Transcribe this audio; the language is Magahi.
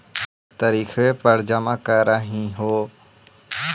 तरिखवे पर जमा करहिओ?